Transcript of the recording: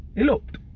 Eloped